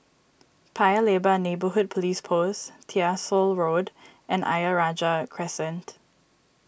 Paya Lebar Neighbourhood Police Post Tyersall Road and Ayer Rajah Crescent